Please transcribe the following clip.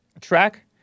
...track